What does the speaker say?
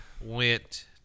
went